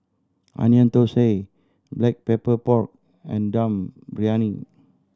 Onion Thosai Black Pepper Pork and Dum Briyani